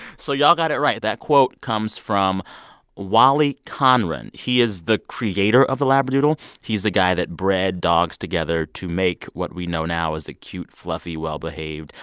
so y'all got it right. that quote comes from wally conron. he is the creator of the labradoodle. he's the guy that bred dogs together to make what we know now as a cute, fluffy, well-behaved,